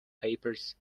papers